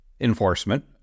enforcement